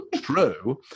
true